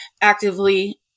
actively